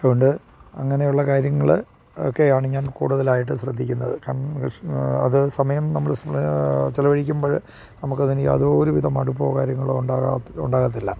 അതുകൊണ്ട് അങ്ങനെയുള്ള കാര്യങ്ങൾ ഒക്കെയാണ് ഞാൻ കൂടുതലായിട്ട് ശ്രദ്ധിക്കുന്നത് കാരണം കൃഷി അത് സമയം നമ്മൾ ചെലവഴിക്കുമ്പോൾ നമുക്ക് അതിന് യാതൊരു വിധ മടുപ്പോ കാര്യങ്ങളോ ഉണ്ടാകത്തില്ല